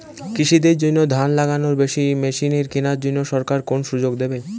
কৃষি দের জন্য ধান লাগানোর মেশিন কেনার জন্য সরকার কোন সুযোগ দেবে?